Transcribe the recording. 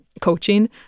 coaching